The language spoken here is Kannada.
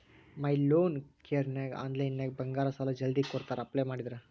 ಮೈ ಲೋನ್ ಕೇರನ್ಯಾಗ ಆನ್ಲೈನ್ನ್ಯಾಗ ಬಂಗಾರ ಸಾಲಾ ಜಲ್ದಿ ಕೊಡ್ತಾರಾ ಅಪ್ಲೈ ಮಾಡಿದ್ರ